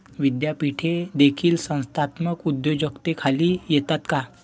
विद्यापीठे देखील संस्थात्मक उद्योजकतेखाली येतात का?